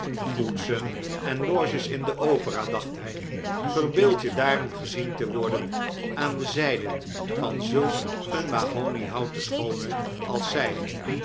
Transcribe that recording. koetsen en loges in de opera dacht hij verbeeld je daarin gezien te worden aan de zijde van zulk een mahoniehouten schoone als zij